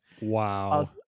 Wow